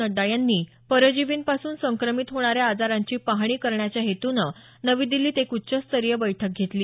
नड्डा यांनी परजीवीं पासून संक्रमित होणाऱ्या आजारांची पाहाणी करण्याच्या हेतूनं नवी दिल्लीत एक उच्चस्तरीय बैठक घेतली